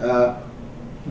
and